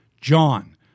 John